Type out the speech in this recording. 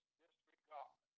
disregard